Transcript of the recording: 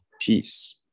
peace